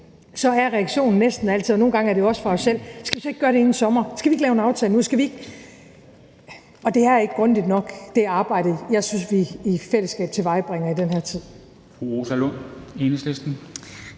er reaktionen næsten altid, og nogle gange er det jo også fra selv: Skal vi ikke gøre det inden sommer? Skal vi ikke lave en aftale nu? Og jeg synes ikke, at det arbejde, vi i fællesskab tilvejebringer i den her tid,